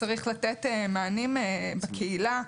שצריך לתת מענים בקהילה,